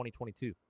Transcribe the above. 2022